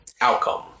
outcome